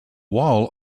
wall